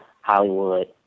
Hollywood